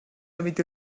амьд